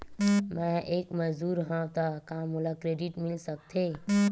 मैं ह एक मजदूर हंव त का मोला क्रेडिट मिल सकथे?